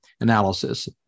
analysis